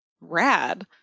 Rad